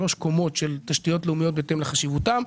שלוש קומות של תשתיות לאומיות בהתאם לחשיבותן,